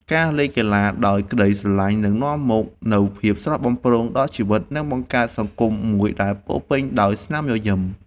ការលេងកីឡាដោយក្តីស្រឡាញ់នឹងនាំមកនូវភាពស្រស់បំព្រងដល់ជីវិត និងបង្កើតសង្គមមួយដែលពោរពេញដោយស្នាមញញឹម។